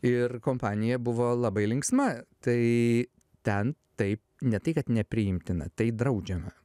ir kompanija buvo labai linksma tai ten taip ne tai kad nepriimtina tai draudžiama